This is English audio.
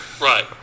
Right